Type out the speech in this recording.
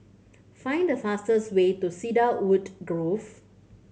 find the fastest way to Cedarwood Grove